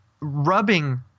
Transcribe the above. rubbing